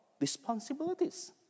responsibilities